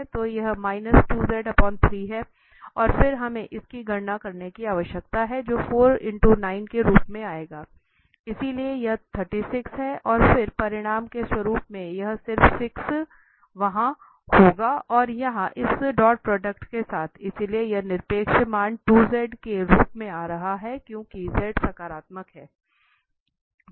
तो यह है और फिर हमें इसकी गणना करने की आवश्यकता है जो के रूप में आएगा इसलिए यह 36 है और फिर परिणाम के रूप में यह सिर्फ 6 वहाँ होगा और यहां इस डॉट प्रोडक्ट के साथ इसलिए यह निरपेक्ष मान 2 z के रूप में आ रहा है क्योंकि z सकारात्मक है